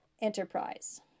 Enterprise